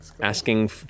asking